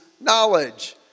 knowledge